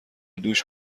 دوش